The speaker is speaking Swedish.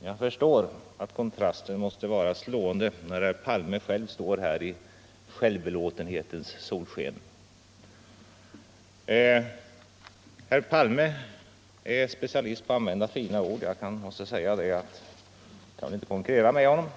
Jag förstår att kontrasten måste vara slående när herr Palme för egen del står här i självbelåtenhetens solsken. 87 Herr Palme är specialist på att använda fina ord. Jag kan väl inte konkurrera med honom.